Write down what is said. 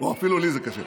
אפילו לי זה קשה.